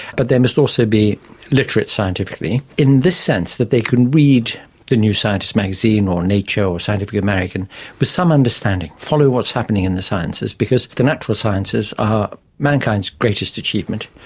but they must also be literate scientifically in this sense, that they can read the new scientist magazine or a nature or a scientific american with some understanding, follow what's happening in the sciences, because the natural sciences are mankind's greatest achievement.